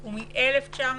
- הוא מ-1998.